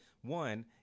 one